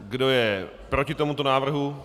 Kdo je proti tomuto návrhu?